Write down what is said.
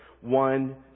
one